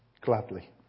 gladly